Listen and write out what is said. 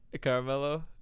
Carmelo